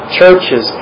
churches